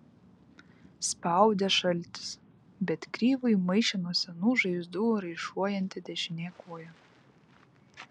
spaudė šaltis bet kriviui maišė nuo senų žaizdų raišuojanti dešinė koja